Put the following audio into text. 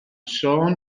sôn